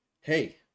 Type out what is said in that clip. hey